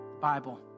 Bible